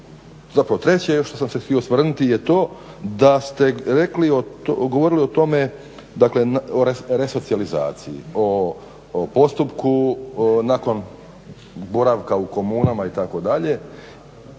zapravo treće još što sam se htio osvrnuti je to da ste govorili o tome, dakle resocijalizaciji o postupku nakon boravka u komunama, itd.